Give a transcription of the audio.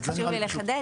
רק חשוב לי לחדד,